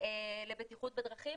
לבדוק אותם,